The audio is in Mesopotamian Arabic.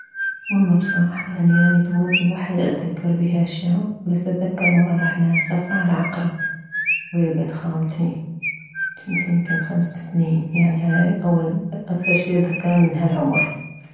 والله بصراحة يعني اني طفولتي مو حيل اتذكر بيها اشياء بس اتذكر مرة رحنا سفرة على عقرة ويه بيت خالتي جنت يمكن خمس سنين يعني هاي اول اكثر شي اتذكره من هالعمر